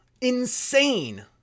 insane